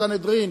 בסנהדרין.